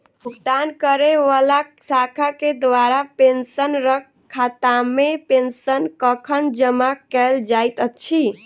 भुगतान करै वला शाखा केँ द्वारा पेंशनरक खातामे पेंशन कखन जमा कैल जाइत अछि